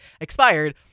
expired